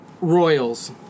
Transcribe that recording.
Royals